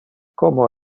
como